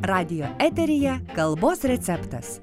radijo eteryje kalbos receptas